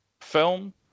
film